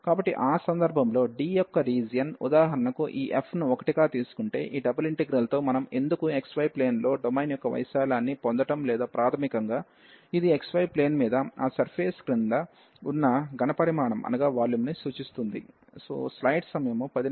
కాబట్టి ఆ సందర్భంలో D యొక్క రీజియన్ ఉదాహరణకు ఈ f ను 1 గా తీసుకుంటే ఈ డబుల్ ఇంటెగ్రల్ తో మనం ఎందుకు xy ప్లేన్ లో డొమైన్ యొక్క వైశాల్యాన్ని పొందడం లేదా ప్రాథమికంగా ఇది xy ప్లేన్ మీద ఆ సర్ఫేస్ క్రింద ఉన్న ఘన పరిమాణంను సూచిస్తుంది